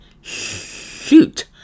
Shoot